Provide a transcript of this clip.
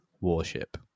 warship